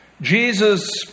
Jesus